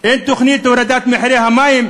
אין תוכנית להורדת מחירי המים,